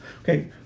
Okay